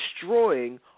destroying